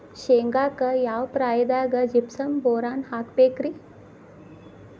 ಶೇಂಗಾಕ್ಕ ಯಾವ ಪ್ರಾಯದಾಗ ಜಿಪ್ಸಂ ಬೋರಾನ್ ಹಾಕಬೇಕ ರಿ?